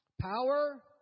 power